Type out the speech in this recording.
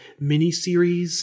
miniseries